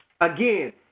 again